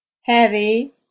heavy